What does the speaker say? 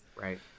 Right